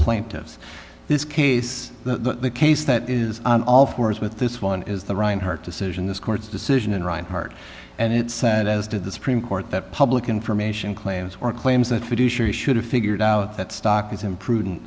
plaintiffs this case the case that is on all fours with this one is the reinhart decision this court's decision in rinehart and it said as did the supreme court that public information claims or claims that fiduciary should have figured out that stock is imprudent